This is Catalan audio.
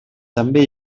també